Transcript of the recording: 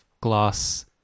glass